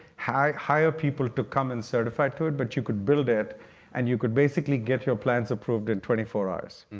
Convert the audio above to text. hire hire people to come and certify to it, but you could build it and you could basically get your plans approved in twenty four hours.